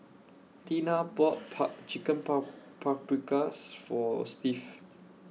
Tina bought POP Chicken POP Paprikas For Steve